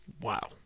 Wow